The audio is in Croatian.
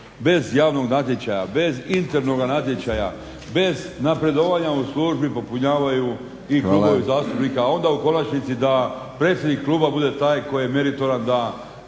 bez javnog natječaja, bez internoga natječaja, bez napredovanja u službi popunjavaju i klubovi zastupnika, a onda u konačnici da predsjednik kluba bude taj koji je meritoran da